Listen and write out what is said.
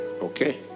Okay